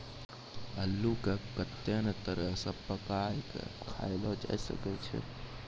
अल्लू के कत्ते नै तरह से पकाय कय खायलो जावै सकै छै